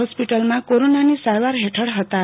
હોસ્પટીલમાં કોરોનાની સારવાર હેઠળ હતાં